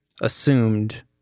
assumed